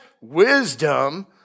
wisdom